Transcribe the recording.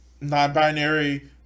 non-binary